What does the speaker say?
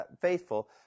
faithful